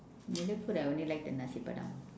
malay food I only like the nasi-padang